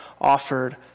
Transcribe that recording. offered